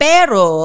Pero